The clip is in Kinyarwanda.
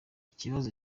ikibazo